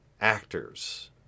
actors